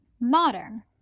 modern